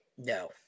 no